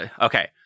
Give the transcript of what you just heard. Okay